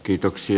kiitoksia